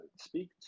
speak